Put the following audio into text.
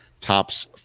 tops